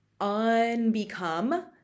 unbecome